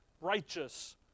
righteous